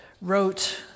wrote